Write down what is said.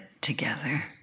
together